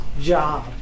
job